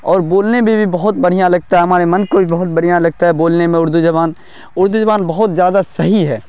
اور بولنے میں بھی بہت بڑھیاں لگتا ہے ہمارے من کو بھی بہت بڑھیاں لگتا ہے بولنے میں اردو زبان اردو زبان بہت زیادہ صحیح ہے